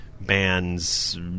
bands